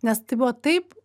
nes tai buvo taip